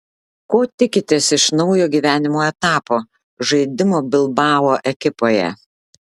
ko tikitės iš naujo gyvenimo etapo žaidimo bilbao ekipoje